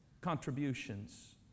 contributions